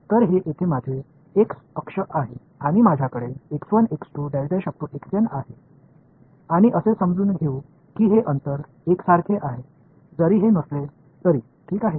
तर हे येथे माझे एक्स अक्ष आहे आणि माझ्याकडे आहे आणि असे समजून घेऊ की हे अंतर एकसारखे आहे जरी हे नसले तरी ठीक आहे